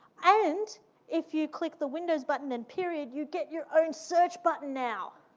and if you click the windows button and period, you get your own search button now.